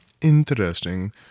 Interesting